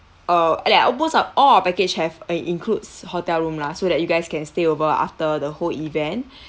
uh uh like almost up all our package have uh includes hotel room lah so that you guys can stay over after the whole event